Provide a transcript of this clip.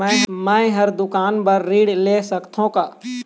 मैं हर दुकान बर ऋण ले सकथों का?